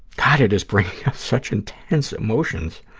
god, it is bringing up such intense emotions.